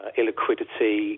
illiquidity